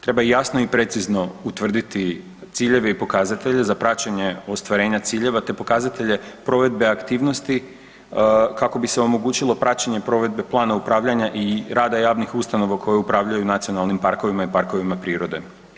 Treba jasno i precizno utvrditi ciljeve i pokazatelje za praćenje ostvarenja ciljeva te pokazatelje provedbe aktivnosti kako bi se omogućilo praćenje provedbe plana upravljanja i rada javnih ustanova koje upravljaju nacionalnim parkovima i parkovima prirode.